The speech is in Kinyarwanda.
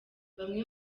bamwe